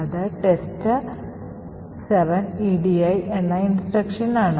അത് test 7 edi എന്നinstruction ആണ്